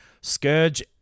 Scourge